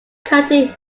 cutting